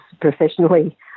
professionally